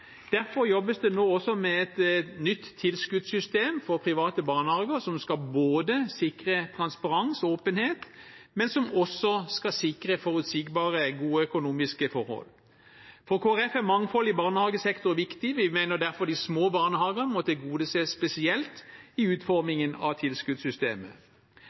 Derfor jobbes det nå med et nytt tilskuddssystem for private barnehager, som både skal sikre transparens og åpenhet og forutsigbare, gode økonomiske forhold. For Kristelig Folkeparti er mangfold i barnehagesektoren viktig. Vi mener derfor de små barnehagene må tilgodeses spesielt i utformingen av tilskuddssystemet.